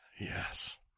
Yes